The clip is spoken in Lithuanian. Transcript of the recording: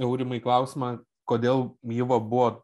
aurimai klausimą kodėl yvo buvo